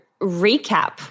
recap